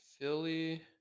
Philly